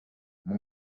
mon